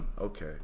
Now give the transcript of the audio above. Okay